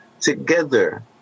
together